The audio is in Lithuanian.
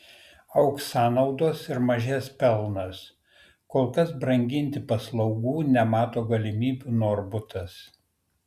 augs sąnaudos ir mažės pelnas kol kas branginti paslaugų nemato galimybių norbutas